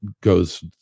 goes